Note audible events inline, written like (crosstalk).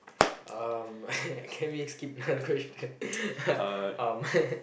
um (breath) can we skip the question (laughs) um (laughs)